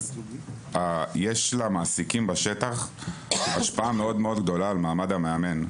יש למעסיקים בשטח השפעה מאוד מאוד גדולה על מעמד המאמן.